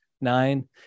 nine